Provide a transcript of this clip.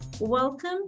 Welcome